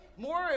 more